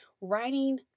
writing